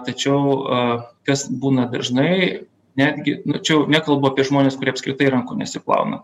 tačiau a kas būna dažnai netgi nu čia jau nekalbu apie žmones kurie apskritai rankų nesiplauna